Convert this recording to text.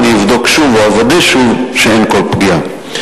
אבל אני אבדוק שוב או אוודא שוב שאין כל פגיעה.